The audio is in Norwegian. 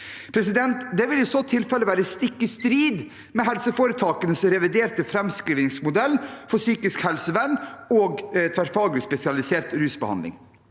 nord. Det vil i så tilfelle være stikk i strid med helseforetakenes reviderte framskrivningsmodell for psykisk helsevern og tverrfaglig spesialisert rusbehandling.